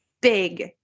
big